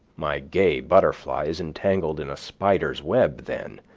my gay butterfly is entangled in a spider's web then.